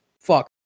fuck